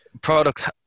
products